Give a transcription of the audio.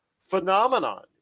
phenomenon